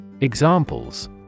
Examples